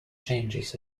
changes